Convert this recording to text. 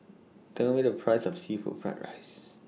Tell Me The Price of Seafood Fried Rice